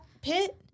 pit